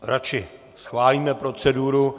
Radši schválíme proceduru.